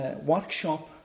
Workshop